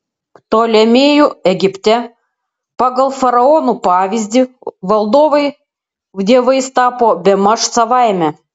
ptolemėjų egipte pagal faraonų pavyzdį valdovai dievais tapo bemaž savaime